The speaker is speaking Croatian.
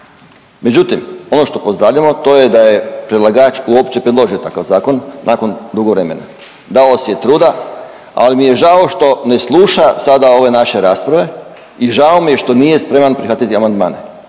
Međutim, ono što pozdravljamo to je da je predlagač uopće predložio takav zakon nakon dugo vremena. Dao si je truda, ali mi je žao što ne sluša sada ove naše rasprave i žao mi što nije spreman prihvatiti amandmane